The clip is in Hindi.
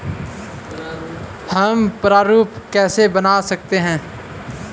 हम प्रारूप कैसे बना सकते हैं?